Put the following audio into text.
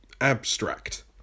abstract